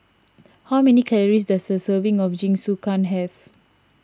how many calories does a serving of Jingisukan have